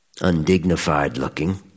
undignified-looking